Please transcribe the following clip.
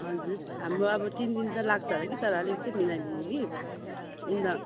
हजुर हाम्रो अब तिन दिन त लाग्छ होला कि तर अलिक चाहिँ मिलाइदिनु कि अन्त